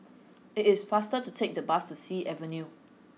it is faster to take the bus to Sea Avenue